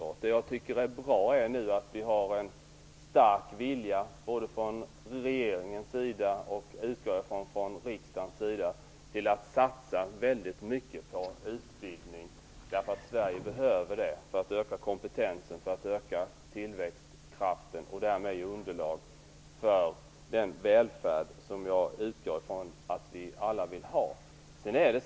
Det som jag tycker är bra nu är att det finns en stark vilja både från regeringen och, utgår jag ifrån, från riksdagen att satsa väldigt mycket på utbildning, eftersom Sverige behöver det för att öka kompetensen och för att öka tillväxtkraften och därmed ge underlag för den välfärd som jag utgår från att vi alla vill ha.